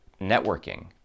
networking